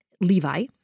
Levi